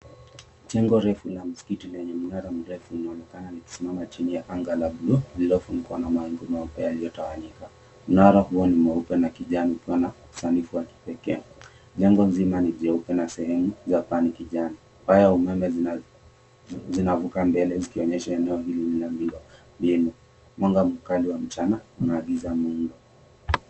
Jengo kubwa la msikiti lenye mnara mrefu unaonekana likisimama chini ya anga la blue lililofunikwa na mawingu meupe yalioyotawanyika mnara huo ni mweupe na kijani ikiwa na usanifu wa kipekee, jengo mzima ni mweupe na kijani, waya za umeme zinavuka mbele zikionyesha eneo hili ni la miundo mbinu mwanga mkali wa mchana.